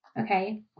Okay